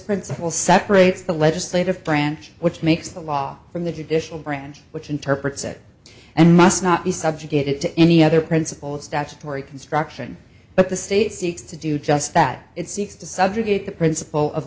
principle separates the legislative branch which makes the law from the judicial branch which interprets it and must not be subjugated to any other principle of statutory construction but the state seeks to do just that it seeks to subjugate the principle of